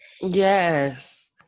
Yes